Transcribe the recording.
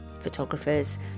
photographers